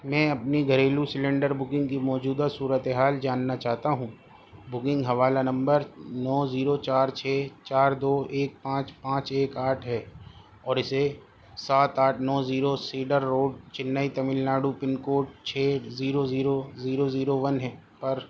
میں اپنی گھریلو سلینڈر بکنگ کی موجودہ صورتحال جاننا چاہتا ہوں بکنگ حوالہ نمبر نو زیرو چار چھ چار دو ایک پانچ پانچ ایک آٹھ ہے اور اسے سات آٹھ نو zero cedar road Chennai Tamil Nadu pin code چھ zero zero zero zero one ہے پر